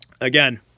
Again